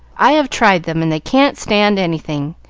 i have tried them, and they can't stand anything.